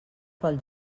pel